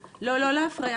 הבנתי.